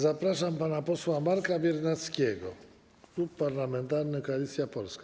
Zapraszam pana posła Marka Biernackiego, Klub Parlamentarny Koalicja Polska.